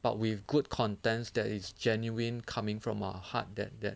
but with good content that is genuine coming from a heart that that